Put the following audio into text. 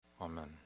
Amen